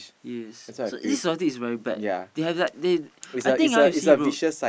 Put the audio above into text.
yes it is so this society is very bad they have like they I think ah you see bro